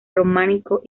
románico